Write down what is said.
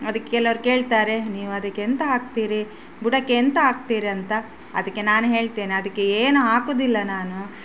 ಅದು ಕೆಲವ್ರು ಕೇಳ್ತಾರೆ ನೀವು ಅದಕ್ಕೆ ಎಂತ ಹಾಕ್ತೀರಿ ಬುಡಕ್ಕೆ ಎಂತ ಹಾಕ್ತೀರಂತ ಅದಕ್ಕೆ ನಾನು ಹೇಳ್ತೇನೆ ಅದಕ್ಕೆ ಏನೂ ಹಾಕುವುದಿಲ್ಲ ನಾನು